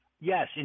Yes